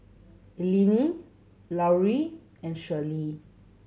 Eleni Larue and Shirlee